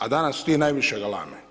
A danas ti najviše galame.